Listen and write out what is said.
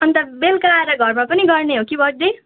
अनि त बेलुका आएर घरमा पनि गर्ने हो कि बर्थडे